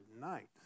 night